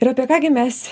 ir apie ką gi mes